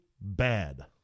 bad